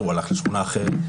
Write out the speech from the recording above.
הוא הלך לשכונה אחרת.